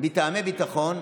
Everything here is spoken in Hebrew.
מטעמי ביטחון,